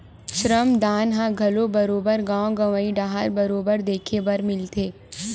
श्रम दान ह घलो बरोबर गाँव गंवई डाहर बरोबर देखे बर मिलथे